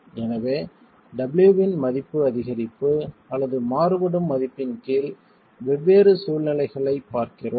எனவே w இன் மதிப்பு அதிகரிப்பு அல்லது மாறுபடும் மதிப்பின் கீழ் வெவ்வேறு சூழ்நிலைகளைப் பார்க்கிறோம்